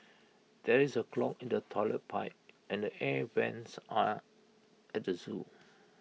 there is A clog in the Toilet Pipe and the air Vents on at the Zoo